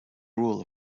rule